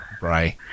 Right